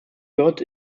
god